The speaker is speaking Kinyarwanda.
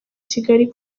kigali